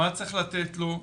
מה צריך לתת לו,